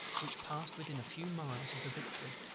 which passed within a few miles of the victory